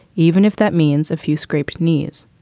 even if that means a few scraped knees.